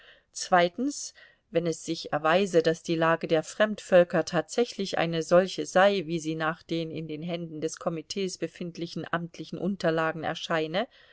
wenn es sich erweise daß die lage der fremdvölker tatsächlich eine solche sei wie sie nach den in den händen des komitees befindlichen amtlichen unterlagen erscheine